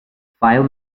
file